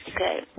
Okay